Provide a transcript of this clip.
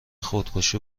خودکشی